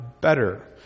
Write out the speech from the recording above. better